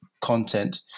content